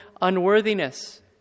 unworthiness